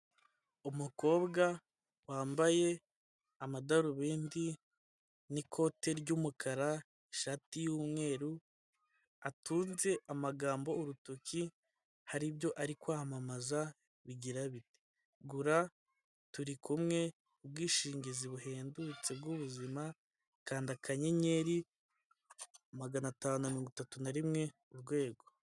Umukobwa wambaye amadarubindi n'ikote ry'umukara ishati yu'mweru, atunze amagambo urutoki haribyo ari kwamamaza bigira biti gura turi kumwe, ubwishingizi buhendutse bwwu'ubuzima kanda akanyenyeri magana atanu mirongo itatu na rimwe urwego.